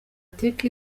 take